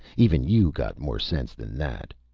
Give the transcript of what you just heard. even you got more sense than that.